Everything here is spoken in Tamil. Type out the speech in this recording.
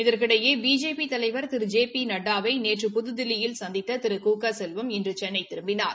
இதற்கிடையே பிஜேபி தலைவா் திரு ஜெ பி நட்டாவை நேற்று புதுதில்லியில் சந்தித்த திரு கு க செல்வம் இன்று சென்னை திரும்பினார்